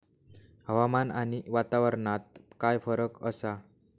हवामान आणि वातावरणात काय फरक असा?